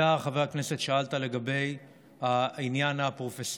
אתה, חבר הכנסת, שאלת על העניין הפרופסיונלי.